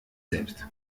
selbst